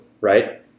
right